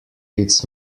its